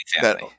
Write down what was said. family